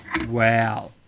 Wow